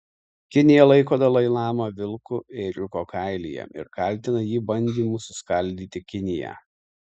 kinija laiko dalai lamą vilku ėriuko kailyje ir kaltina jį bandymu suskaldyti kiniją